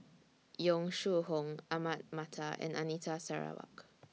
Yong Shu Hoong Ahmad Mattar and Anita Sarawak